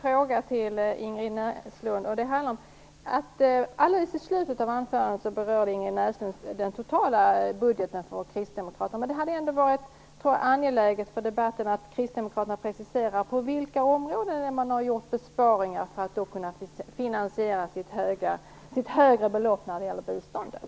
Herr talman! Jag har en kort fråga till Ingrid Näslund. Alldeles i slutet av anförandet berörde Ingrid Näslund Kristdemokraternas totala budget. Det hade ändå, tror jag, varit angeläget för debatten om Kristdemokraterna preciserat på vilka områden man har gjort besparingar för att kunna finansiera sitt högre belopp när det gäller biståndet.